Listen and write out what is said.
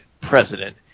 president